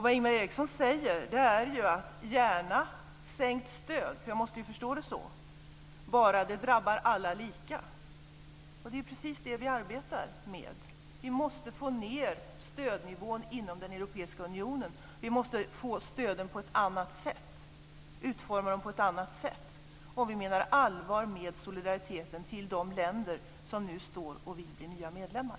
Vad Ingvar Eriksson säger är: Gärna sänkt stöd - för jag måste ju förstå det så - bara det drabbar alla lika. Det är ju precis det som vi arbetar med. Vi måste få ned stödnivån inom den europeiska unionen och utforma stöden på ett annat sätt, om vi menar allvar med solidariteten med de länder som nu vill bli nya medlemmar.